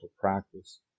practice